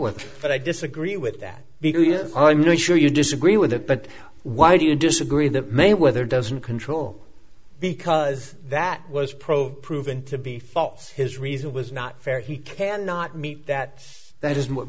work but i disagree with that because i'm not sure you disagree with that but why do you disagree that mayweather doesn't control because that was pro proven to be false his reason was not fair he cannot meet that that is what